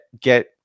get